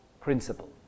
principle